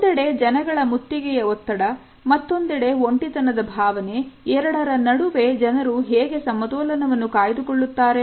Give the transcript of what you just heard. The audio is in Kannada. ಒಂದೆಡೆ ಜನಗಳ ಮುತ್ತಿಗೆಯ ಒತ್ತಡ ಮತ್ತೊಂದೆಡೆ ಒಂಟಿತನದ ಭಾವನೆ ಎರಡರ ನಡುವೆ ಜನರು ಹೇಗೆ ಸಮತೋಲನವನ್ನು ಕಾಯ್ದುಕೊಳ್ಳುತ್ತಾರೆ